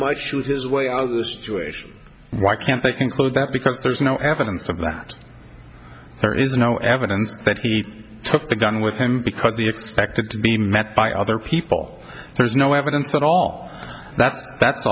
might shoot his way out of the situation why can't they conclude that because there's no evidence of that there is no evidence that he took the gun with him because he expected to be met by other people there is no evidence at all that's that's